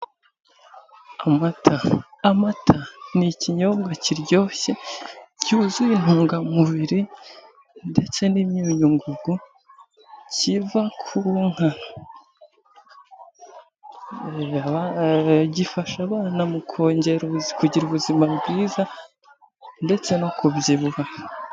Amata ni ikinyobwa kiryoshye cyuzuye intungamubiri ndetse n'imyunyungugu kiva ku nka, gifasha abana mu kugira ubuzima bwiza ndetse no kubyibuha.